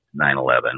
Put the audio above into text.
9-11